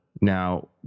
Now